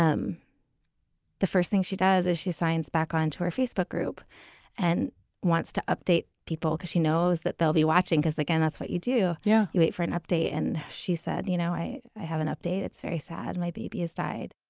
um the first thing she does as she signs back onto our facebook group and wants to update people cause she knows that they'll be watching because again, that's what you do yeah you wait for an update and she said, you know, i i have an update. it's very sad my baby has died